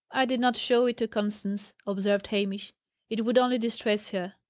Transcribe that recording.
i did not show it to constance, observed hamish it would only distress her.